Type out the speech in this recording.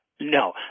No